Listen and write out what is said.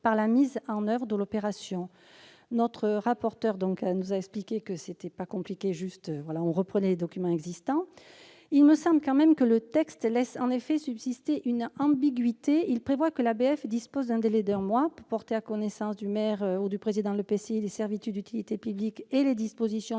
pour la mise en oeuvre de l'opération. M. le rapporteur nous a expliqué qu'il s'agissait juste de reprendre les documents existants. Il me semble néanmoins que le texte laisse subsister une ambiguïté. En effet, il prévoit que l'ABF « dispose d'un délai d'un mois pour porter à la connaissance du maire ou du président de l'EPCI les servitudes d'utilité publique et les dispositions